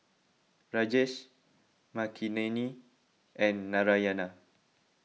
Rajesh Makineni and Narayana